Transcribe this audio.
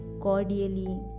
cordially